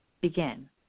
begin